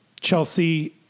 Chelsea